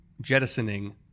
jettisoning